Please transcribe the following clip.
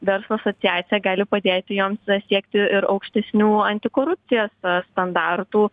verslo asociacija gali padėti joms siekti ir aukštesnių antikorupcijos standartų